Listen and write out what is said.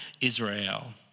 Israel